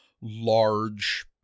large